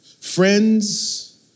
Friends